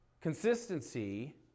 Consistency